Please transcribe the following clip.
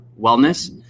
wellness